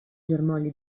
germogli